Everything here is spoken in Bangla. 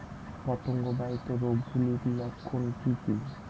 পতঙ্গ বাহিত রোগ গুলির লক্ষণ কি কি?